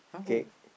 K